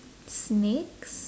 snakes